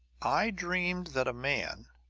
i dreamed that a man,